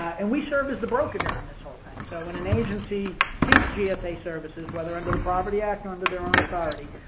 and we serve as the broker during this whole thing. so when an agency seeks gsa services, whether under the property act or under their own authority,